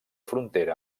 frontera